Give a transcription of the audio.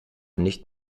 nicht